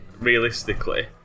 realistically